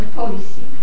policy